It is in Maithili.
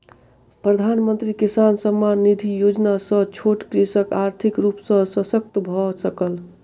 प्रधानमंत्री किसान सम्मान निधि योजना सॅ छोट कृषक आर्थिक रूप सॅ शशक्त भअ सकल